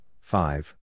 five